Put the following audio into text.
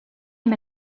him